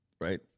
right